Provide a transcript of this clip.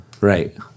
Right